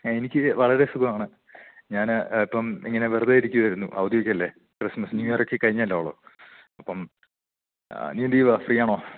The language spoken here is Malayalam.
എനിക്ക് വളരെ സുഖമാണ് ഞാൻ ഇപ്പം ഇങ്ങനെ വെറുതെ ഇരിക്കുകയായിരുന്നു അവധിയൊക്കെയല്ലേ ക്രിസ്മസ് ന്യൂ യറ് ഒക്കെ കഴിഞ്ഞല്ലേയുള്ളൂ അപ്പം നീ എന്ത് ചെയ്യുവാ ഫ്രീയാണോ